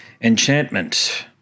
Enchantment